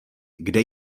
kde